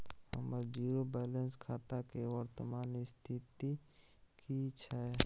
हमर zero balance खाता के वर्तमान स्थिति की छै?